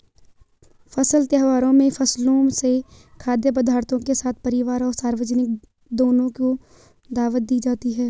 फसल त्योहारों में फसलों से खाद्य पदार्थों के साथ परिवार और सार्वजनिक दोनों को दावत दी जाती है